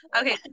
Okay